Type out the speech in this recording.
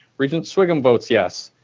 regent sviggum votes yes.